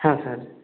হ্যাঁ স্যার